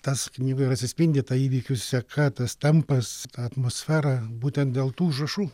tas knygoj ir atsispindi ta įvykių seka tas tempas atmosfera būtent dėl tų užrašų